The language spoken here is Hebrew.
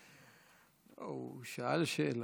הוא שאל שאלה,